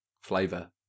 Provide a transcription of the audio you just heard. flavour